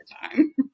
time